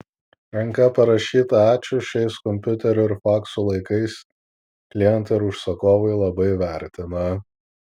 ranka parašytą ačiū šiais kompiuterių ir faksų laikais klientai ir užsakovai labai vertina